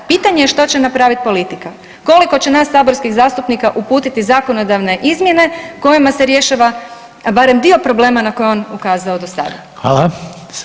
Pitanje je šta će napraviti politika, koliko će nas saborskih zastupnika uputiti zakonodavne izmjene kojima se rješava barem dio problema na koje je on ukazao do sada.